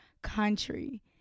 Country